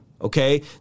okay